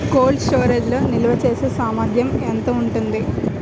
Cold storage లో నిల్వచేసేసామర్థ్యం ఎంత ఉంటుంది?